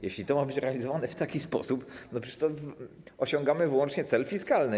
Jeśli to ma być realizowane w taki sposób, to przecież osiągamy wyłącznie cel fiskalny.